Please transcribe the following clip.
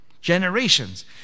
generations